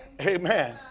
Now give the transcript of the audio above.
Amen